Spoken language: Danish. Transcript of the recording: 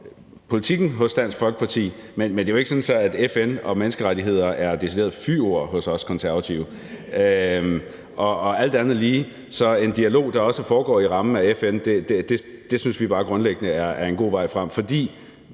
politikken hos Dansk Folkeparti, men det er jo ikke sådan, at FN og menneskerettigheder er et decideret fyord hos os Konservative. Og alt andet lige synes vi bare, at en dialog, der også foregår i rammen af FN, bare grundlæggende er en god vej frem, fordi